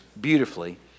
beautifully